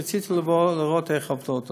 רציתי לבוא, לראות איך העובדות.